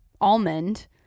almond